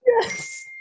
Yes